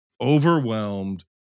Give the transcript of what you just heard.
overwhelmed